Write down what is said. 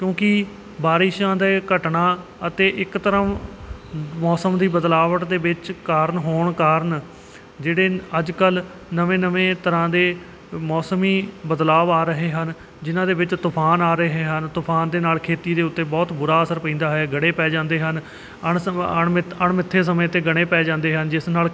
ਕਿਉਂਕਿ ਬਾਰਿਸ਼ਾਂ ਦੇ ਘਟਨਾ ਅਤੇ ਇੱਕ ਤਰ੍ਹਾਂ ਮੌਸਮ ਦੀ ਬਦਲਾਵਟ ਦੇ ਵਿੱਚ ਕਾਰਨ ਹੋਣ ਕਾਰਨ ਜਿਹੜੇ ਅੱਜ ਕੱਲ੍ਹ ਨਵੇਂ ਨਵੇਂ ਤਰ੍ਹਾਂ ਦੇ ਅ ਮੌਸਮੀ ਬਦਲਾਵ ਆ ਰਹੇ ਹਨ ਜਿੰਨਾਂ ਦੇ ਵਿੱਚ ਤੂਫਾਨ ਆ ਰਹੇ ਹਨ ਤੂਫਾਨ ਦੇ ਨਾਲ ਖੇਤੀ ਦੇ ਉੱਤੇ ਬਹੁਤ ਬੁਰਾ ਅਸਰ ਪੈਂਦਾ ਹੈ ਗੜੇ ਪੈ ਜਾਂਦੇ ਹਨ ਅਣਸਮ ਅਣਮਿੱਤ ਅਣਮਿੱਥੇ ਸਮੇਂ 'ਤੇ ਗੜੇ ਪੈ ਜਾਂਦੇ ਹਨ ਜਿਸ ਨਾਲ